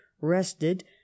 rested